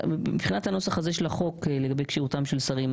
מבחינת הנוסח הזה של החוק לגבי כשירותם של שרים.